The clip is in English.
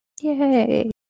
Yay